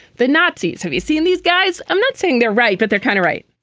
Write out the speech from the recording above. the nazis. have you seen these guys. i'm not saying they're right but they're kind of right